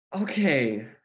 okay